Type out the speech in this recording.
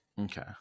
Okay